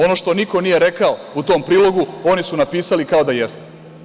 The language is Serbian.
Ono što niko nije rekao u tom prilogu oni su napisali kao da jeste.